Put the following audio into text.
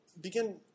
begin